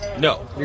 No